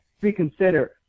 reconsider